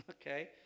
Okay